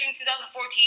2014